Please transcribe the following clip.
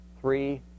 three